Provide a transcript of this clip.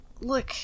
look